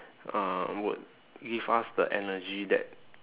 uh would give us the energy that